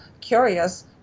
curious